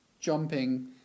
jumping